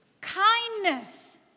Kindness